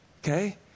Okay